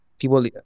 people